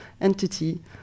entity